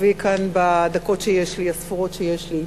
בדקות הספורות שיש לי.